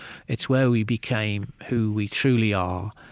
it's where we became who we truly are,